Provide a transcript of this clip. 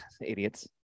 idiots